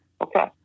Okay